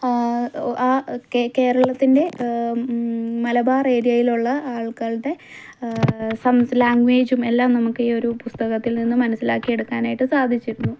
അ കെ കേരളത്തിൻ്റെ മലബാർ ഏരിയയിലുള്ള ആളുകള്ടെ സം ലാംഗ്വേജും എല്ലാം നമുക്ക് ഈ ഒരു പുസ്തകത്തിൽ നിന്നും മനസിലാക്കിയെടുക്കാനായിട്ട് സാധിച്ചിരുന്നു